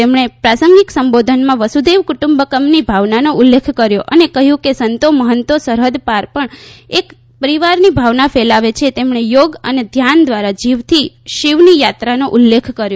તેમણે પ્રાંસગિક સંબોધનમાં વસુઘૈવ કુટુંબકમની ભાવનાનો ઉલ્લેખ કર્યો અને કહ્યું કે સંતો મહંતો સરહદ પાર પણ એક પરિવારની ભાવના ફેલાવે છે તેમણે યોગ અને ધ્યાન દ્વારા જીવથી શીવની યાત્રાનો ઉલ્લેખ કર્યો